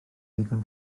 ddigon